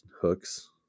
hooks